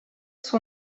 son